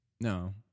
No